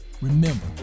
Remember